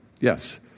Yes